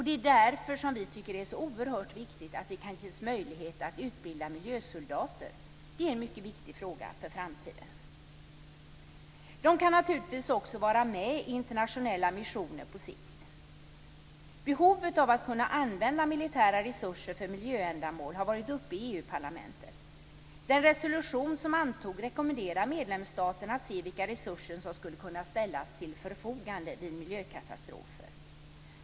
Det är därför som vi tycker att det är så oerhört viktigt att vi kan utbilda miljösoldater. Det är en mycket viktig fråga för framtiden. De kan naturligtvis vara med i internationella missioner på sikt. Behovet av att kunna använda militära resurser för miljöändamål har varit uppe i Europaparlamentet. Den resolution som antogs rekommenderar medlemsstaterna att se vilka resurser som skulle kunna ställas till förfogande vid miljökatastrofer.